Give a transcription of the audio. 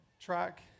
track